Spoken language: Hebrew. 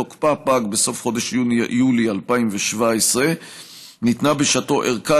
ותוקפה פג בסוף חודש יולי 2017. ניתנה בשעתו ארכה